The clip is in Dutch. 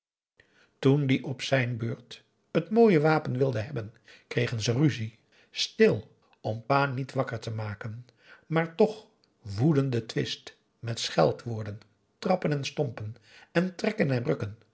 die op zijn beurt t mooie wapen wilde hebben kregen ze ruzie stil om pa niet wakker te maken maar toch woedenden twist met scheldwoorden trappen en stompen en trekken en rukken